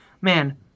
man